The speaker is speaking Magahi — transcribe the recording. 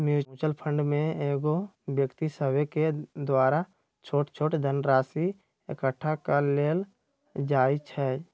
म्यूच्यूअल फंड में कएगो व्यक्ति सभके द्वारा छोट छोट धनराशि एकठ्ठा क लेल जाइ छइ